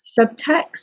subtext